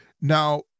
Now